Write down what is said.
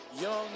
young